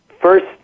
First